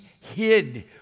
hid